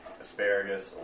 asparagus